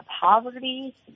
poverty